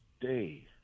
day